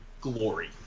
glory